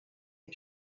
can